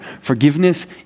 forgiveness